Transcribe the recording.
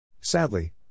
Sadly